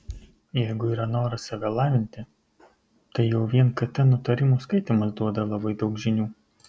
jeigu yra noras save lavinti tai jau vien kt nutarimų skaitymas duoda labai daug žinių